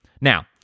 Now